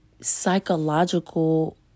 psychological